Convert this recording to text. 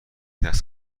دست